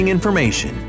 Information